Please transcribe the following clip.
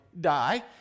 die